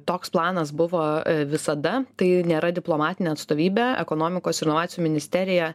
toks planas buvo visada tai nėra diplomatinė atstovybė ekonomikos ir inovacijų ministerija